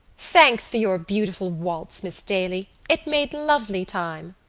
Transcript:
thanks for your beautiful waltz, miss daly. it made lovely time.